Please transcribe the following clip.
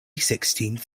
sixteenth